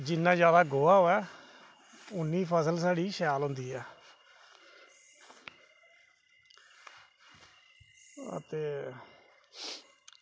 मतलब जिन्ना जादै गोहा होऐ होऐ उन्नी फस ल साढ़ी शैल होंदी ऐ ते